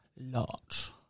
lot